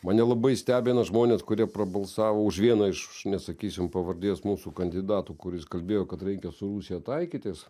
mane labai stebina žmonės kurie prabalsavo už vieną iš nesakysim pavardės mūsų kandidatų kuris kalbėjo kad reikia su rusija taikytis